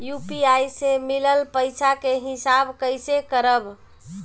UPI से मिलल पईसा के हिसाब कइसे करब?